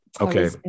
Okay